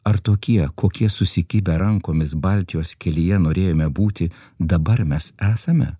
ar tokie kokie susikibę rankomis baltijos kelyje norėjome būti dabar mes esame